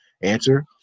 answer